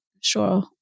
sure